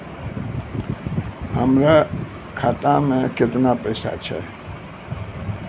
हमर खाता मैं केतना पैसा छह?